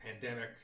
pandemic